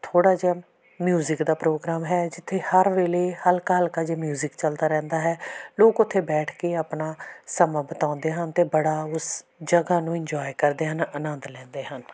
ਥੋੜ੍ਹਾ ਜਿਹਾ ਮਿਊਜ਼ਿਕ ਦਾ ਪ੍ਰੋਗਰਾਮ ਹੈ ਜਿੱਥੇ ਹਰ ਵੇਲੇ ਹਲਕਾ ਹਲਕਾ ਜਿਹਾ ਮਿਊਜ਼ਿਕ ਚੱਲਦਾ ਰਹਿੰਦਾ ਹੈ ਲੋਕ ਉੱਥੇ ਬੈਠ ਕੇ ਆਪਣਾ ਸਮਾਂ ਬਿਤਾਉਂਦੇ ਹਨ ਅਤੇ ਬੜਾ ਉਸ ਜਗ੍ਹਾ ਨੂੰ ਇੰਜੋਏ ਕਰਦੇ ਹਨ ਅਨੰਦ ਲੈਂਦੇ ਹਨ